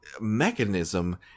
mechanism